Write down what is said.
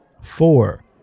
Four